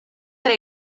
tra